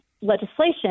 legislation